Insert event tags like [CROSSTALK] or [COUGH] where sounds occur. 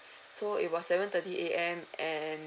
[BREATH] so it was seven thirty A_M and